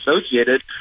associated